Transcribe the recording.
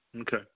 Okay